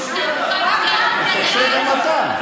עלינו אתה לא יכול להקשות.